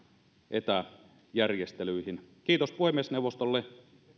etäjärjestelyihin kiitos puhemiesneuvostolle